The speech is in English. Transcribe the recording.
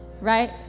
right